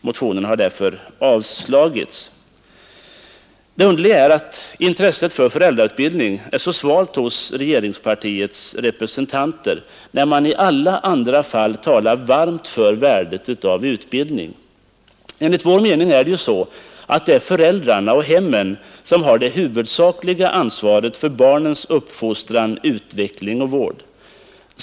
Motionen har därför avstyrkts. Det underliga är att intresset för föräldrautbildning är så svalt hos regeringspartiets representanter, när de i alla andra fall talar varmt för värdet av utbildning. Enligt vår mening är det föräldrarna och hemmen som har det huvudsakliga ansvaret för barnens uppfostran, utveckling och vård.